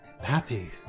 happy